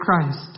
Christ